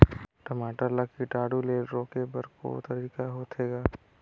टमाटर ला कीटाणु ले रोके बर को तरीका होथे ग?